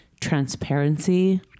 transparency